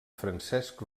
francesc